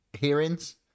hearings